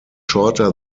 shorter